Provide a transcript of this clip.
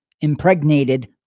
impregnated